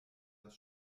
das